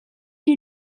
you